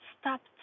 stopped